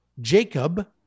Jacob